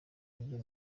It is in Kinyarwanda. iyo